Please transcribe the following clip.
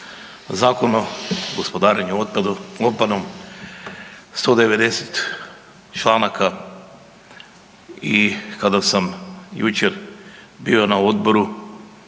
Zakon o gospodarenju otpadom 190 članaka i kada sam jučer bio na odboru